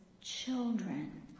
Children